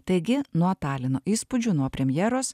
taigi nuo talino įspūdžių nuo premjeros